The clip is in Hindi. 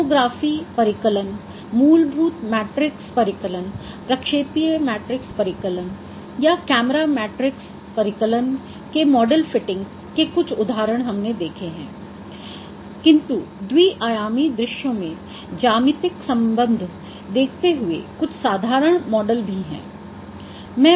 होमोग्राफी परिकलन मूलभूत मैट्रिक्स परिकलन या प्रक्षेपीय मैट्रिक्स परिकलन या कैमरा मैट्रिक्स परिकलन के मॉडल फिटिंग के कुछ उदाहरण हमने देखें हैं किन्तु द्वि आयामी दृश्यों में ज्यामितिक सम्बन्ध देखते हुए कुछ साधारण मॉडल भी हैं